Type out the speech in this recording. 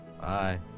Bye